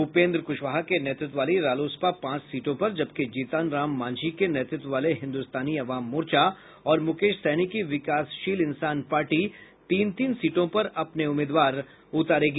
उपेन्द्र कुशवाहा के नेतृत्व वाली रालोसपा पांच सीटों पर जबकि जीतनराम मांझी के नेतृत्व वाले हिन्दुस्तानी अवाम मोर्चा और मुकेश सहनी की विकासशील इंसान पार्टी तीन तीन सीटों पर अपने उम्मीदवार उतारेगी